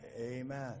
Amen